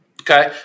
Okay